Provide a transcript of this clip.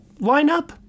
lineup